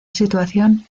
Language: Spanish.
situación